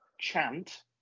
chant